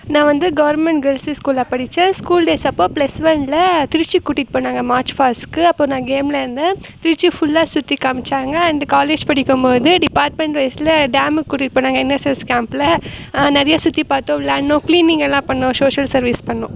நான் வந்து government girls ஸ்கூலில் படித்தேன் ஸ்கூல் டேஸ் அப்போது ப்ளஸ் ஒன்னில் திருச்சி கூட்டிட்டு போனாங்க மார்ச்ஃபாஸுக்கு அப்போது நான் கேமில் இருந்தேன் திருச்சி ஃபுல்லாக சுற்றி காண்மிச்சாங்க அண்டு காலேஜ் படிக்கும் போது டிபார்ட்மெண்ட்வைசில் டேமுக்கு கூட்டிட்டு போனாங்க என்எஸ்எஸ் கேம்ப்பில் நிறையா சுற்றிப் பார்த்தோம் விளாடினோம் க்ளீனிங் எல்லாம் பண்ணோம் சோசியல் சர்வீஸ் பண்ணோம்